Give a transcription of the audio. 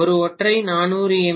ஒரு ஒற்றை 400 எம்